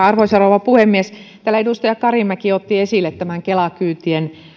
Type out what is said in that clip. arvoisa rouva puhemies täällä edustaja karimäki otti esille kela kyytien